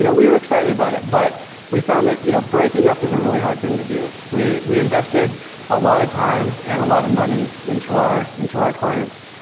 you know were excited about it. but we found that you know breaking up is a really hard thing to do. we we invested a lot of time and a lot of money into our into our clients.